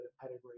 pedigree